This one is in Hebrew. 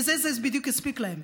לזה זה בדיוק יספיק להם.